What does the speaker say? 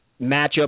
matchup